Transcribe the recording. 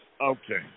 Okay